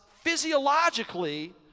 physiologically